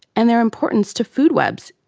and their importance to food webs,